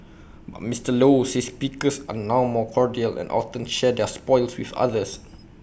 but Mister low says pickers are now more cordial and often share their spoils with others